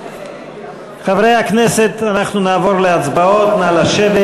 חברי הכנסת, אנחנו נעבור להצבעות, נא לשבת.